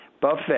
buffet